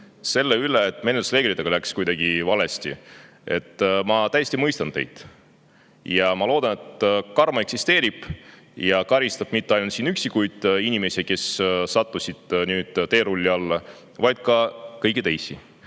selle pärast, et menetlusreeglitega läks midagi valesti – ma täiesti mõistan teid. Ma loodan, et karma eksisteerib ja karistab mitte ainult üksikuid inimesi, kes sattusid nüüd teerulli alla, vaid ka kõiki teisi,